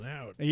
out